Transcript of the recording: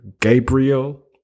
Gabriel